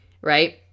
right